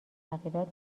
تغییرات